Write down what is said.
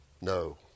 No